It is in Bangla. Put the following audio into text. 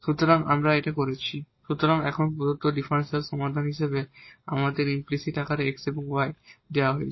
সুতরাং আমরা করেছি সুতরাং এখন প্রদত্ত ডিফারেনশিয়াল সমীকরণের সমাধান হিসাবে আমাদের ইমপ্লিসিট আকারে y এবং x দেওয়া আছে